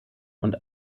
und